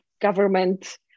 government